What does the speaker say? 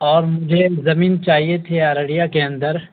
اور مجھے زمین چاہیے تے ارریا کے اندر